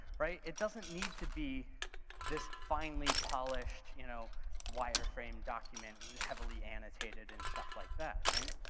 right? it doesn't need to be this finely polished you know wire frame document, heavily annotated and stuff like that, right?